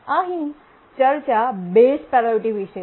અહીં ચર્ચા base priority વિશે છે